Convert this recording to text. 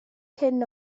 cyn